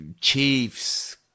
chiefs